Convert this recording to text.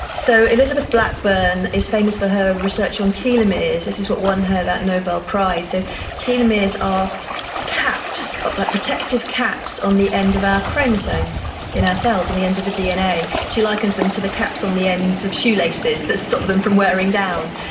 so elizabeth blackburn is famous for her research on telomeres. this is what won her that nobel prize. so telomeres are like protective caps on the end of our chromosomes in our cells, on the ends of the dna. she likens them to the caps on the ends of shoelaces that stop them from wearing down.